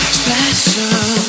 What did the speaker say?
special